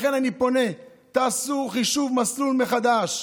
לכן אני פונה: תעשו חישוב מסלול מחדש.